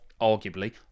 arguably